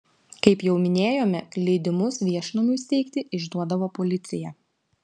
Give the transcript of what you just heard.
kaip jau minėjome leidimus viešnamiui steigti išduodavo policija